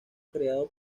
creado